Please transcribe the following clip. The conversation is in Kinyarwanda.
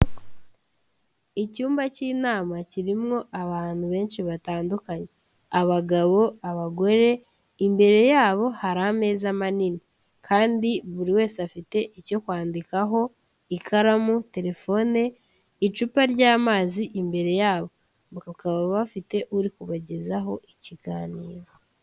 Icyumba cy'inama kirimo abantu benshi batandukanye: abagabo, abagore, imbere yabo hari ameza manini kandi buri wese afite icyo kwandikaho ikaramu, telefone, icupa ry'amazi imbere yabo, bakaba bafite uri kubagezaho ikiganiro.